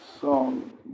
song